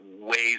ways